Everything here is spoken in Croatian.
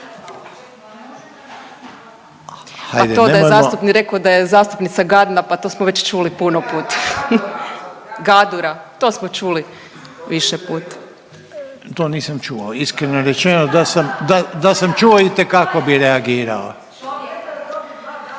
A to da je zastupnik rekao da je zastupnica gadna pa to smo već čuli puno puta. Gadura, to smo čuli više puta. …/Upadica Reiner: To nisam čuo, iskreno rečeno, da sam, da sam čuo itekako bi reagirao./…